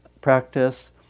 practice